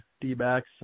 D-backs